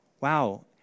Wow